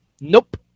Nope